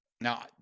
Now